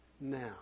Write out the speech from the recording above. now